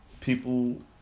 People